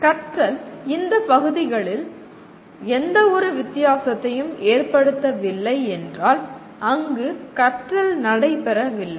கற்றல் இந்த பகுதிகளில் எந்தவொரு வித்தியாசத்தையும் ஏற்படுத்தவில்லை என்றால் அங்கு கற்றல் நடைபெறவில்லை